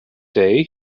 day